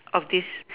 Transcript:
of this